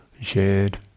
shared